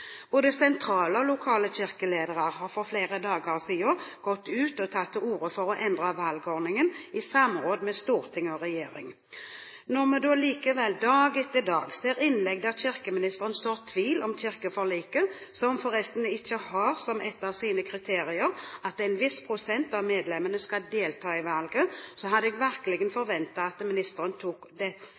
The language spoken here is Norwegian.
Både sentrale og lokale kirkeledere har for flere dager siden gått ut og tatt til orde for å endre valgordningen i samråd med storting og regjering. Når man da likevel ser, dag etter dag, innlegg der kirkeministeren sår tvil om kirkeforliket, som forresten ikke har som et av sine kriterier at en viss prosent av medlemmene skal delta i valget, hadde jeg virkelig forventet at ministeren tok dette opp i sitt innlegg i denne viktige debatten. Det